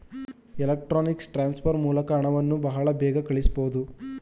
electronics transfer ಮೂಲಕ ಹಣವನ್ನು ಬಹಳ ಬೇಗ ಕಳಿಸಬಹುದು